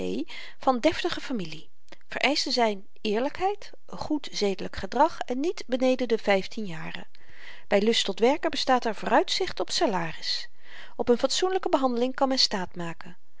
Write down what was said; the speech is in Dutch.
van deftige familie vereischten zyn eerlykheid goed zedelyk gedrag en niet beneden de vyftien jaren by lust tot werken bestaat er vooruitzicht op salaris op n fatsoenlyke behandeling kan men